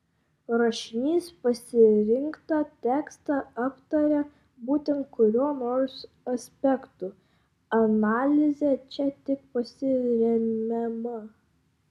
rašinys pasirinktą tekstą aptaria būtent kuriuo nors aspektu analize čia tik pasiremiama